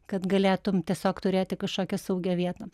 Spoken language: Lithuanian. kad galėtum tiesiog turėti kažkokią saugią vietą